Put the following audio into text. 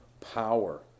power